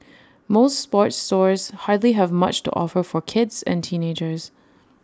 most sports stores hardly have much to offer for kids and teenagers